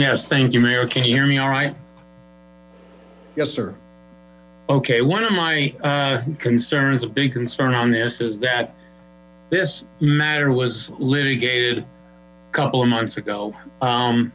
yes thank you mayor can you hear me all right yes sir ok one of my concerns a big concern on this is that this matter was litigated couple of months ago